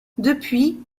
depuis